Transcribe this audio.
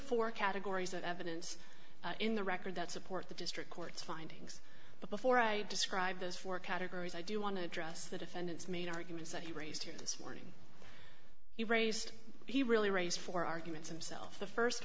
four categories of evidence in the record that support the district court's findings but before i describe those four categories i do want to address the defendant's main arguments that you raised here this morning you raised he really raised four arguments and self the